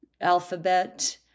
Alphabet